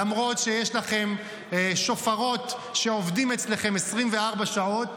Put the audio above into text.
למרות שיש לכם שופרות שעובדים אצלכם 24 שעות,